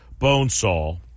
Bonesaw